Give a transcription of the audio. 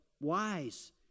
wise